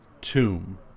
tomb